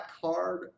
card